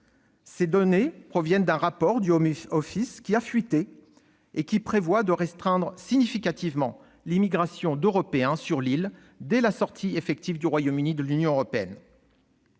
Ces données proviennent d'un rapport ayant fuité du et qui prévoit de restreindre significativement l'immigration d'Européens sur l'île dès la sortie effective du Royaume-Uni de l'Union européenne.